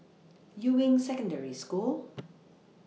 Yuying Secondary School